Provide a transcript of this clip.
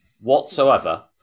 whatsoever